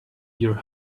your